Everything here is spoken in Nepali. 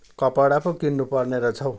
कपडा पो किन्नुपर्ने रहेछ हौ